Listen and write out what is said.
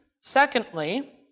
secondly